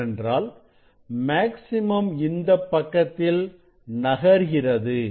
ஏனென்றால் மேக்ஸிமம் இந்தப் பக்கத்தில் நகர்கிறது